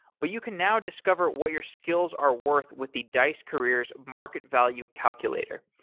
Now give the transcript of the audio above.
but you can now discover what your skills are worth with the dice careers market value calculator.